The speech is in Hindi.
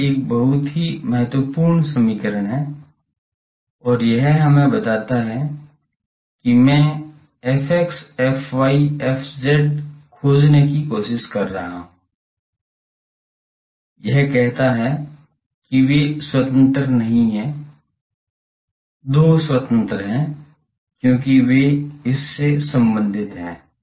यह एक बहुत ही महत्वपूर्ण समीकरण है और यह हमें बताता है कि मैं fx fy fz खोजने की कोशिश कर रहा हूं यह कहता है कि वे स्वतंत्र नहीं हैं 2 स्वतंत्र हैं क्योंकि वे इससे संबंधित हैं